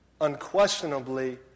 Unquestionably